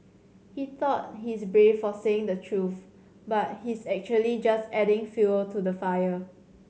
he thought he's brave for saying the truth but he's actually just adding fuel to the fire